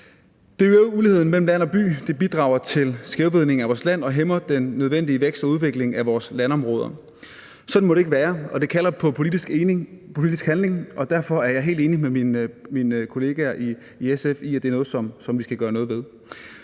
uligheden mellem land og by, det bidrager til skævvridningen af vores land og hæmmer den nødvendige vækst og udvikling af vores landområder. Sådan må det ikke være, og det kalder på politisk handling, og derfor er jeg helt enig med mine kollegaer i SF i, at det er noget, som vi skal gøre noget ved.